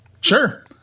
Sure